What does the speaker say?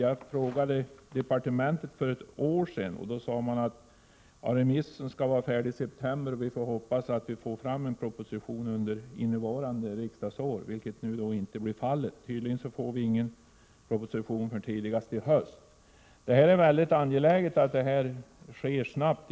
Jag frågade hos departementet för ett år sedan, och då sade man att ”remissen skall vara färdig i september, och vi får hoppas att vi får fram en proposition under innevarande riksdagsår”. Så blev nu alltså inte fallet. Tydligen får vi ingen proposition förrän tidigast i höst. Det är mycket angeläget att det här arbetet sker snabbt.